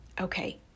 okay